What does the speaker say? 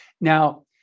now